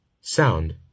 Sound